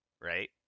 right